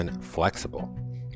flexible